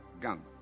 gun